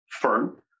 firm